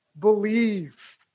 believe